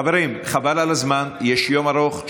חברים, חבל על הזמן, יש יום ארוך.